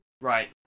Right